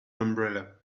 umbrella